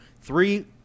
Three